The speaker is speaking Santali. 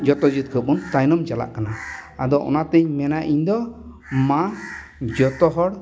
ᱡᱚᱛᱚ ᱡᱟᱹᱛ ᱠᱷᱚᱱ ᱵᱚᱱ ᱛᱟᱭᱱᱚᱢ ᱪᱟᱞᱟᱜ ᱠᱟᱱᱟ ᱟᱫᱚ ᱚᱱᱟᱛᱮ ᱤᱧ ᱢᱮᱱᱟ ᱤᱧᱫᱚ ᱢᱟ ᱡᱚᱛᱚ ᱦᱚᱲ